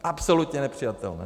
Absolutně nepřijatelné!